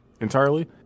entirely